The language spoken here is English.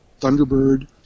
Thunderbird